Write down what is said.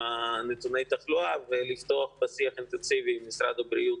נתוני התחלואה ולפתוח בשיח אינטנסיבי עם משרד הבריאות,